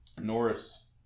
Norris